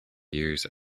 use